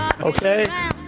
okay